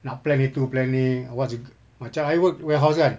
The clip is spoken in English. nak plan itu plan ini what macam I work warehouse kan